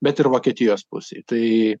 bet ir vokietijos pusėj tai